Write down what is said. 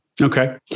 okay